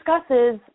discusses